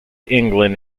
england